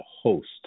host